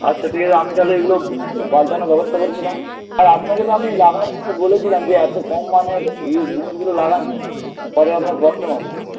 আচ্ছা ঠিক আছে আমি তাহলে এইগুলো পাল্টানোর ব্যবস্থা করে দিলাম আর আপনাকে তো আমি লাগানোর সময় বলেছিলাম যে এত কম মানের এই জিনিসগুলো লাগাননা পরে আপনার হবে